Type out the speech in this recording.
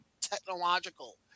technological